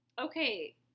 okay